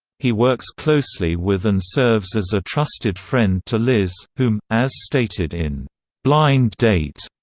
he works closely with and serves as a trusted friend to liz, whom, as stated in blind date,